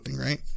Right